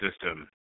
system